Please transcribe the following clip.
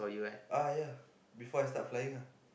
uh ya before I start flying ah